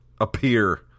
appear